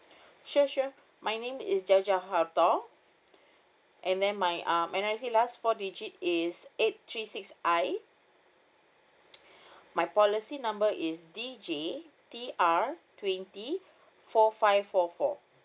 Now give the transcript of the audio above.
sure sure my name is jaljal halldol and then my uh my I_C last four digit is eight three six I my policy number is D J T R twenty four five four four